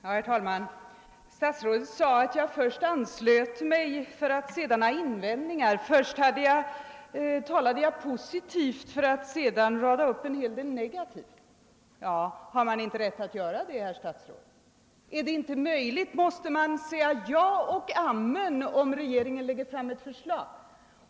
Herr talman! Socialministern gjorde gällande att jag först anslöt mig till propositionen för att sedan resa invändningar mot den. Först talade jag positivt och sedan radade jag upp en hel del negativt. Har man inte rätt att göra det, herr statsråd? Måste man säga ja och amen, om regeringen lägger fram ett förslag?